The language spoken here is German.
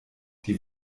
die